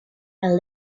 and